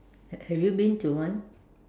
have have you been to one